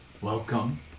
Welcome